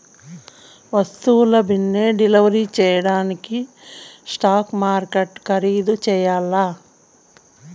వస్తువుల బిన్నే డెలివరీ జేసేదానికి స్పాట్ మార్కెట్లు ఖరీధు చెయ్యల్ల